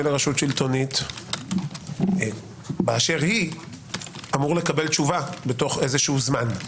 לרשות שלטונית באשר היא אמור לקבל תשובה בתוך איזשהו זמן.